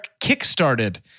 kickstarted